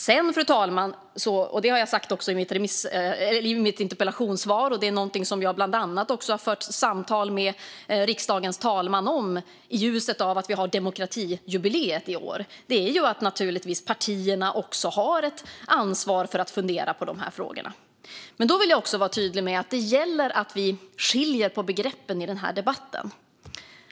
Sedan, fru talman, har jag sagt - också i mitt interpellationssvar, och det är något som jag fört samtal med bland andra riksdagens talman om i ljuset av att vi firar demokratijubileum i år - att partierna också har ett ansvar att fundera på de här frågorna. Men då vill jag vara tydlig med att det gäller att vi skiljer på begreppen i den här debatten.